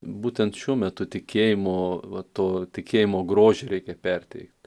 būtent šiuo metu tikėjimo va to tikėjimo grožį reikia perteikt